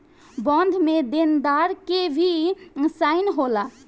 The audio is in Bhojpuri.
बॉन्ड में देनदार के भी साइन होला